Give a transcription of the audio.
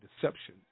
deception